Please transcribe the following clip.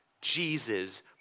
Jesus